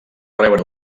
rebre